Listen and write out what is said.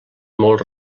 molt